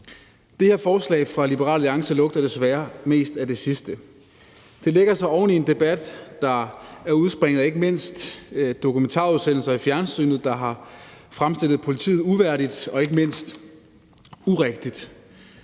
Det her forslag fra Liberal Alliance lugter desværre mest af det sidste. Det lægger sig oven i en debat, der ikke mindst udspringer af dokumentarudsendelser i fjernsynet, der har fremstillet politiet uværdigt og ikke mindst urigtigt.